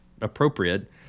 appropriate